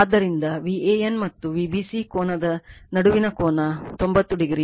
ಆದ್ದರಿಂದ VAN ಮತ್ತು Vbc ಕೋನದ ನಡುವಿನ ಕೋನ ತೊಂಬತ್ತುo ಆಗಿದೆ